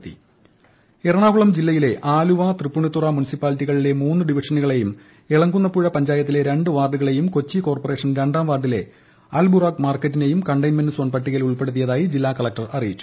കകകകക containment zone Ernakulam Ernakulam ജില്ലയിൽ ആലുവ തൃപ്പൂണിത്തുറ മുനിസിപ്പാലിറ്റികളിലെ മൂന്ന് ഡിവിഷനുകളെയും എളങ്കുന്നപ്പുഴ പഞ്ചായത്തിലെ രണ്ട് വാർഡുകളെയും കൊച്ചി കോർപ്പറേഷൻ രണ്ടാം വാർഡിലെ അൽബുറാക് മാർക്കറ്റിനെയും കണ്ടെയ്ൻമെൻറ് സോൺ പട്ടികയിൽ ഉൾപ്പെടുത്തിയതായി ജില്ലാ കലക്ടർ അറിയിച്ചു